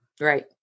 Right